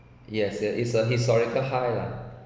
yes there is a historical high lah